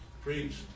Preach